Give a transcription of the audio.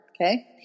Okay